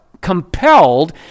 compelled